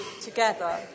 together